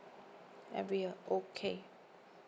every year okay